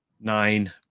nine